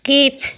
skip